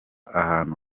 ahantu